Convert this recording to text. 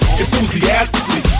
enthusiastically